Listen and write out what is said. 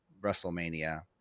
WrestleMania